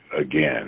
again